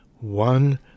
one